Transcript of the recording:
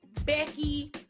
Becky